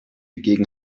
gegen